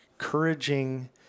encouraging